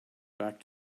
back